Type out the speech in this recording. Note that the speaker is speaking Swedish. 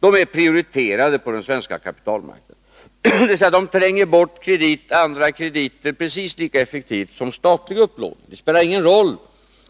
De är prioriterade på den svenska kapitalmarknaden, dvs. de tränger bort andra krediter precis lika effektivt som statlig upplåning. Det spelar ingen roll